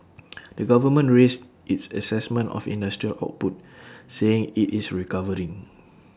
the government raised its Assessment of industrial output saying IT is recovering